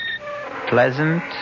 pleasant